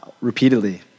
repeatedly